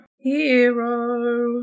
Hero